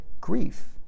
grief